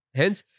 hence